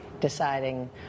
deciding